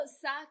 suck